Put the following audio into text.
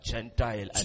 Gentile